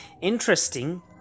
interesting